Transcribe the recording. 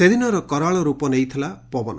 ସେଦିନ କରାଳ ର୍ଟପ ନେଇଥିଲା ପବନ